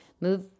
Move